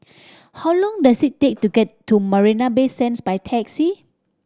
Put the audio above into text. how long does it take to get to Marina Bay Sands by taxi